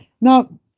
Now